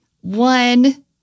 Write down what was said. One